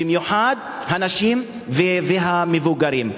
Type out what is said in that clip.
במיוחד הנשים והמבוגרים.